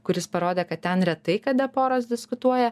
kuris parodė kad ten retai kada poros diskutuoja